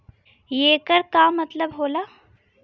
येकर का मतलब होला?